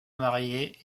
marier